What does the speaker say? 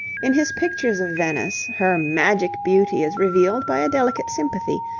in his pictures of venice, her magic beauty is revealed by a delicate sympathy,